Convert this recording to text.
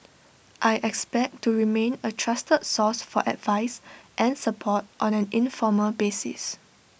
I expect to remain A trusted source for advice and support on an informal basis